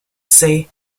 say